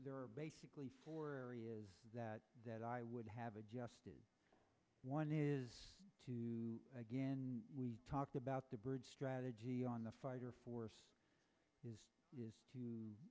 there are basically four areas that that i would have adjusted one is to again we talked about the bridge strategy on the fire for us is to